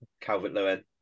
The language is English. Calvert-Lewin